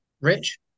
Rich